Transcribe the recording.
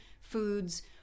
foods